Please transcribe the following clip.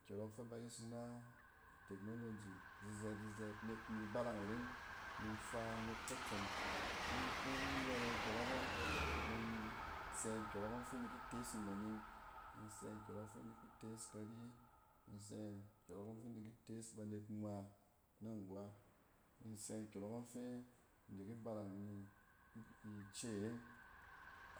Nkyↄrↄk fɛ ba yes ina technology zizɛt zizɛt nek in di barang iren ni in fa nek katson in kin yɛrɛ nkyↄrↄk ↄng, ni in sɛ nkyↄrↄk kↄng fi in di ki tees nnon nin, ni insɛ nkyↄrↄɛk ↄng fi in da ki tees kari, ni insɛ nkyↄrↄk ↄng fi in diki tes banet ngma na angwa. Ni in sɛ nkyↄrↄk ↄɛng fi in diki barang imi-i-ice ren.